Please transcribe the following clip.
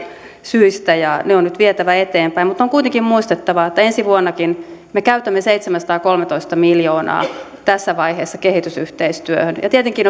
syistä ja ne on nyt vietävä eteenpäin mutta on kuitenkin muistettava että ensi vuonnakin me käytämme seitsemänsataakolmetoista miljoonaa tässä vaiheessa kehitysyhteistyöhön ja tietenkin